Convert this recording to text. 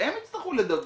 שהן יצטרכו לדווח,